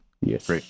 Yes